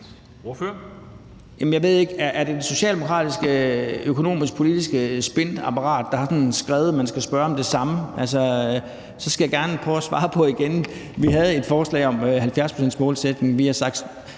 men er det det socialdemokratiske økonomisk-politiske spinapparat, der har bestemt, at man skal spørge om det samme? Så skal jeg gerne prøve at svare på det igen. Vi havde et forslag om en 70-procentsmålsætning;